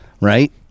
Right